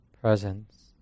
presence